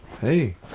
Hey